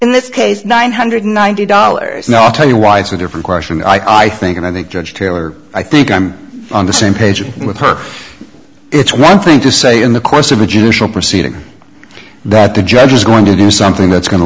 in this case nine hundred and ninety dollars now i'll tell you why it's a different question i think and i think judge taylor i think i'm on the same page with her it's one thing to say in the course of a judicial proceeding that the judge is going to do something that's go